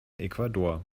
ecuador